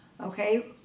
okay